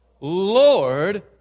Lord